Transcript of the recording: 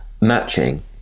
Matching